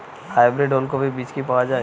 Hybrid ওলকফি বীজ কি পাওয়া য়ায়?